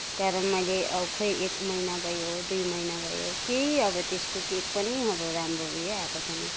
कारण मैले खोइ एक महिना भयो दुई महिना भयो केही अब त्यसको के पनि अब राम्रो उयो आएको छैन